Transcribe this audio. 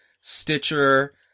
Stitcher